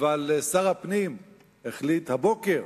אבל שר הפנים החליט הבוקר